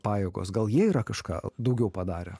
pajuokos gal jie yra kažką daugiau padarę